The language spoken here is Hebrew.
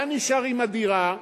אתה נשאר עם הדירה,